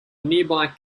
nearby